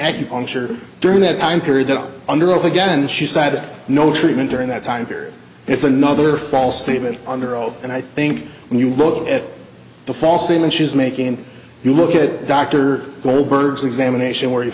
acupuncture during that time period that under oath again she said no treatment during that time period it's another false statement under oath and i think when you wrote that the false statement she was making you look at dr goldberg's examination where he